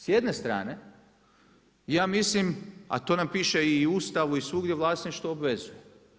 S jedne strane ja mislim a to nam piše i u Ustavu i svugdje, vlasništvo obvezuje.